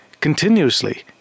continuously